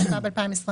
התשפ"ב-2021.